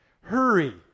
hurry